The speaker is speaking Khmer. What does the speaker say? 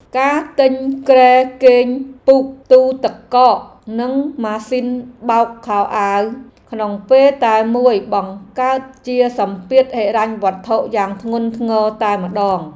ការទិញគ្រែគេងពូកទូទឹកកកនិងម៉ាស៊ីនបោកខោអាវក្នុងពេលតែមួយបង្កើតជាសម្ពាធហិរញ្ញវត្ថុយ៉ាងធ្ងន់ធ្ងរតែម្ដង។